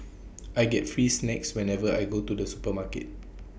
I get free snacks whenever I go to the supermarket